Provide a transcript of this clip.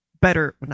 better